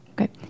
Okay